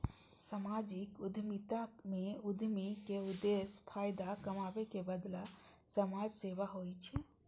सामाजिक उद्यमिता मे उद्यमी के उद्देश्य फायदा कमाबै के बदला समाज सेवा होइ छै